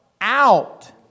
out